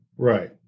Right